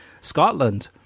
Scotland